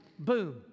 Boom